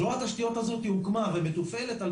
זרוע התשתיות הזו הוקמה ומתופעלת על